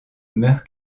meurt